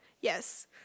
Yes